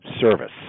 service